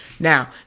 Now